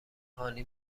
هانی